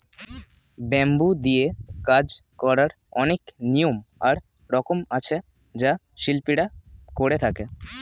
bamboo নিয়ে কাজ করার অনেক নিয়ম আর রকম আছে যা শিল্পীরা করে থাকে